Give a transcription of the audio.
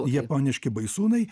japoniški baisūnai